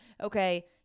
okay